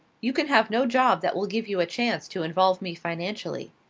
you can have no job that will give you a chance to involve me financially.